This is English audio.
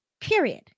period